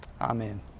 Amen